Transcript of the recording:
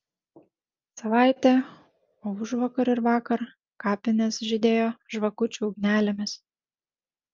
savaitė o užvakar ir vakar kapinės žydėjo žvakučių ugnelėmis